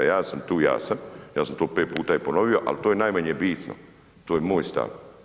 Ja sam tu jasan, ja sam to i pe puta i ponovio ali to je najmanje bitno, to je moj stav.